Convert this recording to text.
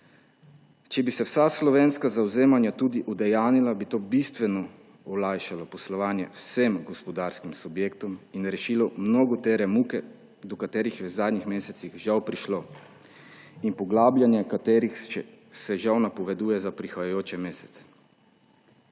Če bi se vsa slovenska zavzemanja tudi udejanjila, bi to bistveno olajšalo poslovanje vsem gospodarskim subjektom in rešilo mnogotere muke, do katerih je v zadnjih mesecih žal prišlo in poglabljanje katerih se žal napoveduje za prihajajoče mesece.